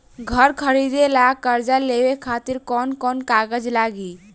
घर खरीदे ला कर्जा लेवे खातिर कौन कौन कागज लागी?